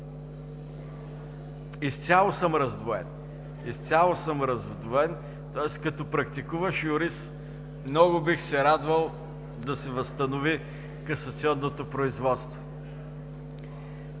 Изцяло съм раздвоен. Изцяло съм раздвоен, като практикуващ юрист много бих се радвал да се възстанови касационното производство